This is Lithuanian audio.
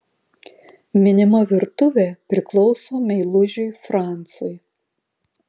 minima virtuvė priklauso meilužiui francui